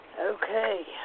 Okay